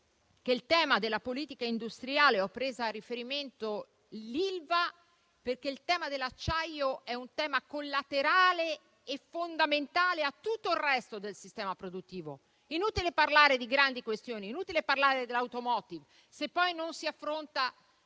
il tema dell'acciaio è collaterale e fondamentale a tutto il resto del sistema produttivo. È inutile parlare di grandi questioni, è inutile parlare dell'*automotive,* se poi non si affronta